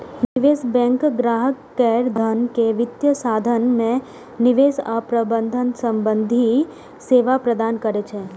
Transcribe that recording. निवेश बैंक ग्राहक केर धन के वित्तीय साधन मे निवेश आ प्रबंधन संबंधी सेवा प्रदान करै छै